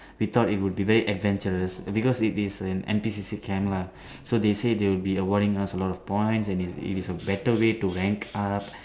we thought it would be very adventurous because it is an N_P_C_C camp lah so they say they will be awarding us a lot of points and it is a better way to rank up